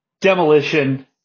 Demolition